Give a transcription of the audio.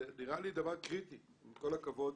זה נראה לי דבר קריטי, עם כל הכבוד,